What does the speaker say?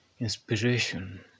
inspiration